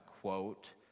quote